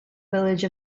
village